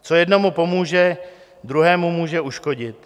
Co jednomu pomůže, druhému může uškodit.